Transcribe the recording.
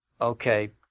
okay